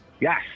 yes